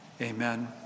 Amen